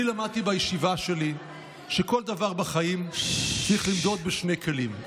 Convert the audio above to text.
אני למדתי בישיבה שלי שכל דבר בחיים צריך למדוד בשני כלים,